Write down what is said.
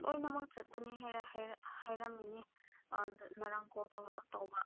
ꯂꯣꯏꯅꯃꯛ ꯆꯠꯀꯅꯤ ꯍꯥꯏꯔꯝꯃꯤꯅꯦ ꯑꯥꯗ ꯉꯔꯥꯡ ꯀꯣꯜ ꯇꯧꯕ